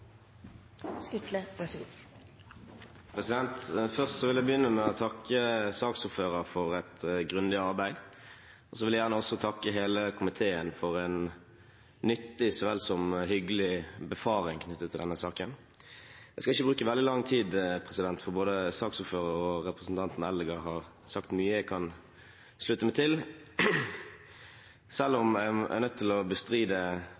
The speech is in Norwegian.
Først vil jeg takke saksordføreren for et grundig arbeid. Jeg vil gjerne også takke hele komiteen for en nyttig så vel som hyggelig befaring knyttet til denne saken. Jeg skal ikke bruke veldig lang tid, for både saksordføreren og representanten Eldegard har sagt mye jeg kan slutte meg til, selv om jeg er nødt til å bestride